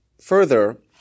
further